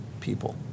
people